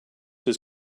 his